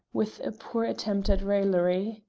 with a poor attempt at raillery.